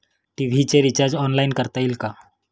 TV चे recharge online करता येईल का?